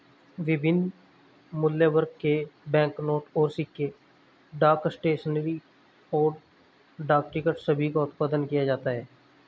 विभिन्न मूल्यवर्ग के बैंकनोट और सिक्के, डाक स्टेशनरी, और डाक टिकट सभी का उत्पादन किया जाता है